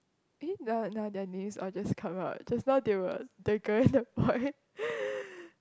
eh no no the things all just come out just now they were the girl and the boy